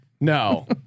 No